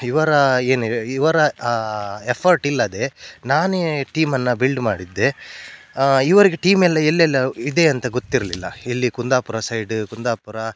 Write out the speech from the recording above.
ಇವರ ಏನಿದೆ ಇವರ ಎಫರ್ಟ್ ಇಲ್ಲದೇ ನಾನೇ ಟೀಮನ್ನು ಬಿಲ್ಡ್ ಮಾಡಿದ್ದೆ ಇವರಿಗೆ ಟೀಮೆಲ್ಲ ಎಲ್ಲೆಲ್ಲಿ ಇದೆ ಅಂತ ಗೊತ್ತಿರಲಿಲ್ಲ ಇಲ್ಲಿ ಕುಂದಾಪುರ ಸೈಡು ಕುಂದಾಪುರ